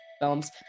films